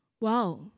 wow